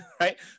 right